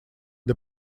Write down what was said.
для